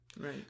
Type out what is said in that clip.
Right